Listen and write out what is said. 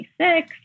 26